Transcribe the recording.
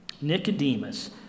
Nicodemus